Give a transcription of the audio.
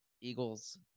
Eagles